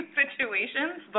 situations